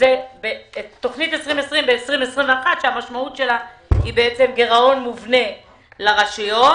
שזה תוכנית 2020 ב-2021 שהמשמעות שלה היא בעצם גרעון מובנה לרשויות